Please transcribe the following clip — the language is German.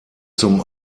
zum